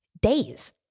days